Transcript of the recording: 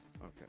okay